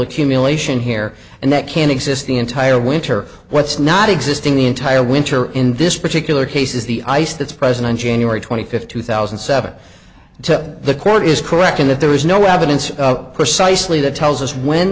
accumulation here and that can exist the entire winter what's not existing the entire winter in this particular case is the ice that's president cheney or twenty fifth two thousand and seven to the court is correct in that there is no evidence precisely that tells us when